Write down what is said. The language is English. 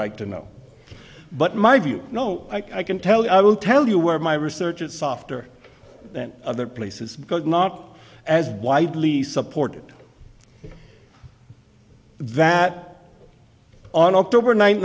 like to know but my view no i can tell you i will tell you where my research is softer than other places because not as widely supported that on october ni